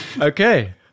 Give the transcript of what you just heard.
Okay